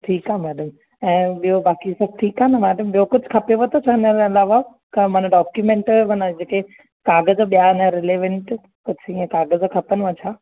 ठीकु आहे मैडम ॿियो बाक़ी सभु ठीकु आहे न मैडम ॿियो कुझु खपेव त चयो हिनजे अलावा कमु माना डॉक्यूमेंट माना जेके काग़ज़ ॿिया हिन रिलेवेंट कुझु हीअं काग़ज़ खपनिव छा